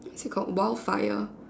what's it called wildfire